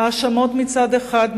האשמות מצד אחד,